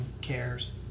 cares